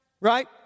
Right